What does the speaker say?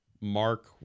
Mark